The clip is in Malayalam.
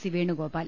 സി വേണുഗോപാൽ